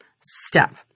step